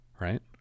Right